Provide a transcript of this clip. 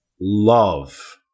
love